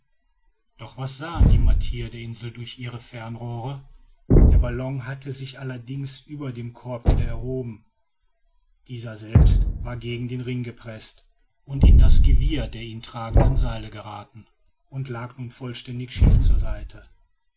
doch was sahen die martier der insel durch ihre fernrohre der ballon hatte sich allerdings über dem korb wieder erhoben dieser selbst aber war gegen den ring gepreßt und in das gewirr der ihn tragenden seile geraten und lag nun vollständig schief zur seite